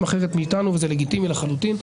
אחרת מאיתנו וזה לגיטימי לחלוטין.